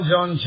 John